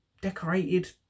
decorated